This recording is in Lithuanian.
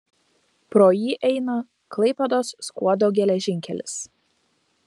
pro jį eina klaipėdos skuodo geležinkelis